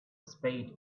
spade